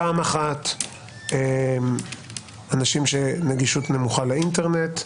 פעם אחת אנשים עם נגישות נמוכה לאינטרנט,